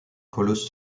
colosse